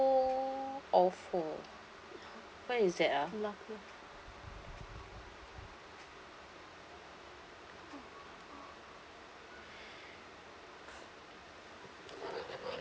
so awful where is that ah